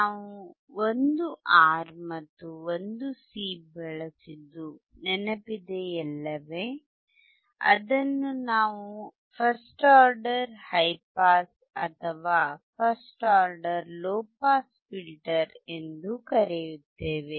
ನಾವು ಒಂದು R ಮತ್ತು ಒಂದು C ಬಳಸಿದ್ದು ನೆನಪಿದೆಯಲ್ಲವೇ ಅದನ್ನು ನಾವು ಫಸ್ಟ್ ಆರ್ಡರ್ ಹೈ ಪಾಸ್ ಅಥವಾ first order low pass filter ಎಂದೂ ಕರೆಯುತ್ತೇವೆ